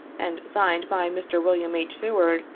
and signed by mr. william h. seward,